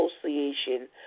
Association